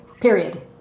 Period